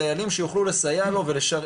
דיילים שיוכלו לסייע לו ולשרת,